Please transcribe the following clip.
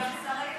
גם שר חינוך.